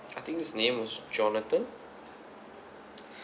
I think his name is jonathan